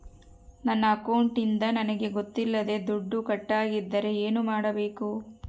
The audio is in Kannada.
ನನ್ನ ಅಕೌಂಟಿಂದ ನನಗೆ ಗೊತ್ತಿಲ್ಲದೆ ದುಡ್ಡು ಕಟ್ಟಾಗಿದ್ದರೆ ಏನು ಮಾಡಬೇಕು?